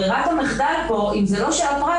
ברירת המחדל כאן היא שאם זה לא של הפרט,